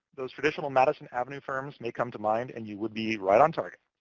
those traditional madison avenue firms may come to mind and you would be right on target.